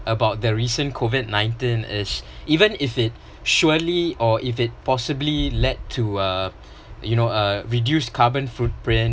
about the recent COVID nineteen is even if it surely or if it possibly led to uh you know uh reduced carbon footprint